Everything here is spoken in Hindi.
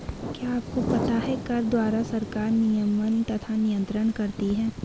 क्या आपको पता है कर द्वारा सरकार नियमन तथा नियन्त्रण करती है?